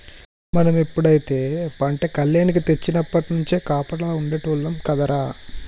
మనం ఎప్పుడైతే పంట కల్లేనికి తెచ్చినప్పట్నుంచి కాపలా ఉండేటోల్లం కదరా